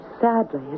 sadly